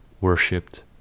worshipped